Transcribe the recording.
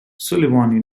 sullivan